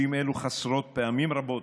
פעמים רבות,